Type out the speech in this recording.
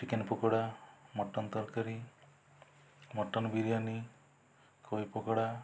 chicken pakora mutton ତରକାରୀ mutton biryani କୋବି ପକୋଡ଼ା